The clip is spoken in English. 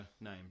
name